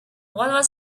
was